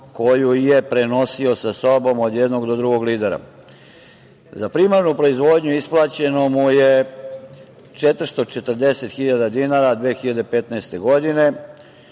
koju je prenosio sa sobom od jednog do drugog lidera. Za primarnu proizvodnju isplaćeno mu je 440.000 dinara 2015. godine.